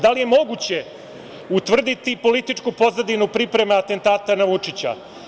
Da li je moguće utvrditi političku pozadinu priprema atentata na Vučića?